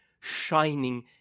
shining